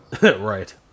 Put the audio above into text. right